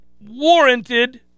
warranted